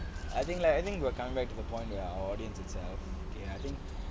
I think like I think we are coming back to the point where our audience is err K I think